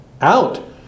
out